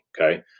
okay